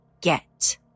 Get